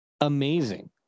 amazing